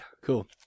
Cool